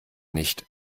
nicht